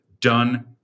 done